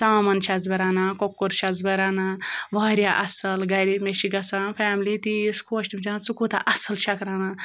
ژامَن چھٮ۪س بہٕ رَنان کۄکُر چھٮ۪س بہٕ رَنان واریاہ اَصٕل گَرِ مےٚ چھِ گژھان فیملی تیٖژ خۄش تِم چھِ وَنان ژم کوتاہ اَصٕل چھَکھ رَنان